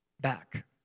Back